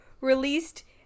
released